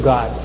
God